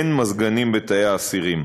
אין מזגנים בתאי האסירים.